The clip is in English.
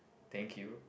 thank you